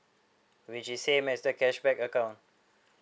which is same as the cashback account